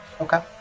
Okay